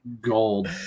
gold